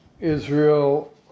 Israel